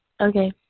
Okay